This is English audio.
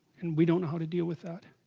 and we don't know how to deal with that